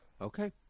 okay